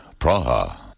Praha